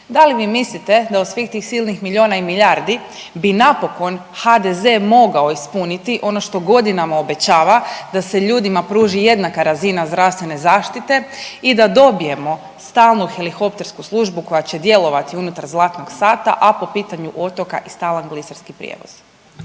da li vi mislite da od svih tih silnih milijuna i milijardi bi napokon HDZ mogao ispuniti ono što godinama obećava da se ljudima pruži jednaka razina zdravstvene zaštite i da dobijemo stalnu Helikoptersku službu koja će djelovati unutar „Zlatnog sata“, a po pitanju otoka i stalan gliserski prijevoz?